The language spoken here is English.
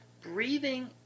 Breathing